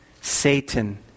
Satan